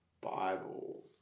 Bible